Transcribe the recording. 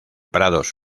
prados